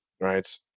right